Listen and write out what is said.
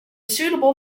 suitable